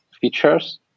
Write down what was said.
features